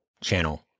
channel